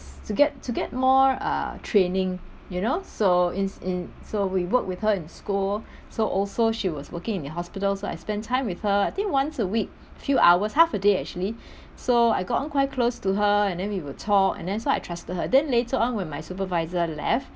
to get to get more uh training you know so in in so we worked with her in school so also she was working in the hospital so I spend time with her I think once a week few hours half a day actually so I gotten quite close to her and then we would talk and then so I trusted her then later on when my supervisor left